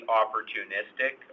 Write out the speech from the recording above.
opportunistic